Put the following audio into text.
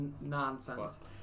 nonsense